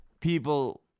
people